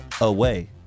away